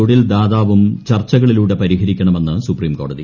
തൊഴിൽ ദാതാവും ചർച്ചുകളിലൂടെ പരിഹരിക്കണമെന്ന് സൂപ്രീം കോടതി